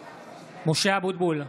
(קורא בשמות חברי הכנסת) משה אבוטבול,